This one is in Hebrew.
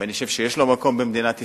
ואני חושב שיש לו מקום במדינת ישראל.